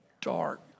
dark